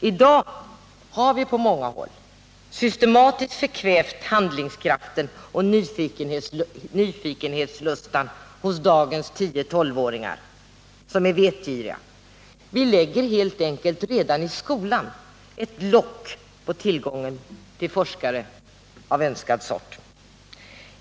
I dag har vi på många håll systematiskt förkvävt handlingskraften och nyfikenhetslusten hos 10-12 åringar som är vetgiriga. Vi lägger helt enkelt redan i skolan ett lock på tillgången till forskare av önskad sort.